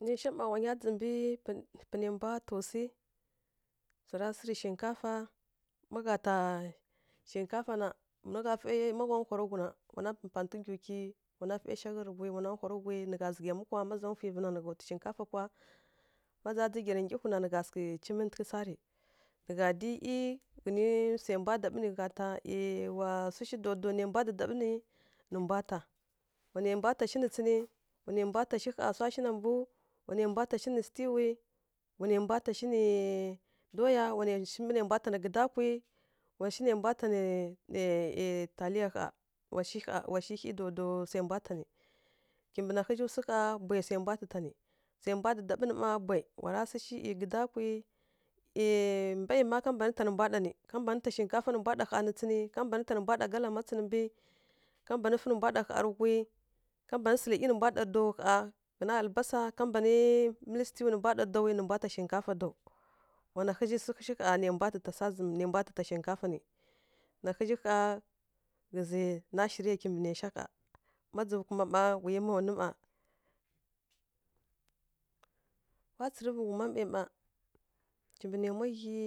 Naisha pwa wa nya tsi mbǝ pan-panai mbwa taw swi, swara sǝ rǝ shinkafa, ma gha ta shinkafa na, má ghá fai má gha hwara ghui na, wana mpǝ mpántɡhǝ gyiw gyi, wana fai shagha tǝ ghui, wana kwa ru ghui, nǝ gha zǝghǝ yamwi kwa ma za fǝi vǝ na, nǝ gha twi shinkafa kwa, ma za ndza nggyara nggyihu na, nǝ gha cimǝntǝghǝ sarǝ, nǝ gha dyi ˈiyi ghǝna sai ba ɗaɓǝ nǝ ghǝza ta, ˈyi wa swi daw-daw nai mbwa ɗǝ ɗaɓǝ nǝ, nǝ mbwa ta, wa nai mbwa ta shi nǝ tsǝnǝ, wa nai mbwa ta shi ƙha swa shi na mbǝw, wa nai mbwa ta shi nǝ sǝtǝwi, wa nai mbwa ta shi doya, wa nai shi nai mbwa ta shi nǝ gǝda kwi, wa shi nai mbwa ta nǝ nǝ ˈyi taliya ƙha. Washi ƙha, wa shi ki daw-daw sai mbwa ta nǝ. Kimbǝ naghǝ zhi swu gha bwayi swai mbwa tǝ ta nǝ. Swai mbwa ɗǝ ɗǝɓǝ nǝ mma bwayi, wa ra sǝ shi ˈyi gǝdakwi, mbai ma ká mban ta nǝ mbwa ɗa nǝ ka mban ta shinkafa nǝ mbwa ɗa kána tsǝnǝ, ka mban ta nǝ mbwa ɗa kalama tsǝnǝ mbǝ ká mban fǝ nǝ mbwa ɗa ƙha rǝ ghui, ká mban sǝlǝ ˈiyi nǝ mbwa ɗa daw ƙha ghǝna albasa, ká mban nǝ mǝlǝ sǝtǝwi nǝ mbwa ɗa daw mbwa ta shinkafa daw. Wa naghǝ zhi swu shi gha nai mbwa tǝ ta swa zǝmǝ nǝ, nai mbwa tǝ ta shinkafa nǝ. Na ghǝzǝ ƙha ghǝzǝ na shirǝ ya kim nai sha gha. Má dzǝvǝ kuma má wu yi mma nwu mma. Wa tsǝrǝvǝ ghuma mmai mma kimbǝ naimwa ghyi,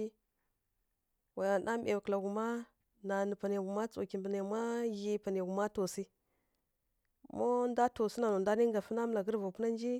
wa namai kǝla ghuma. Na nǝ panai ghuma tsǝw kimbǝ naimwa ghyi, panai ghuma taw swi. Má ndwa taw swu na nǝ ndwa rǝnka fǝ namalaghǝ tǝ vapuna nji.